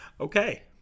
okay